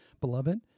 Beloved